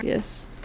yes